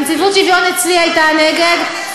נציבות השוויון אצלי הייתה נגד.